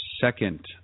second